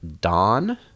Dawn